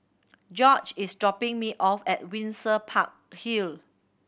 George is dropping me off at Windsor Park Hill